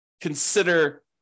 consider